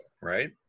right